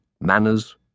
manners